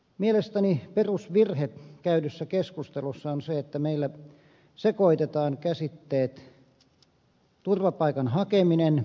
mielestäni perusvirhe käydyssä keskustelussa on se että meillä sekoitetaan käsitteet turvapaikan hakeminen ja maahanmuuutto